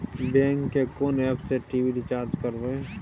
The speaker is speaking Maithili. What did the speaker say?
बैंक के कोन एप से टी.वी रिचार्ज करबे?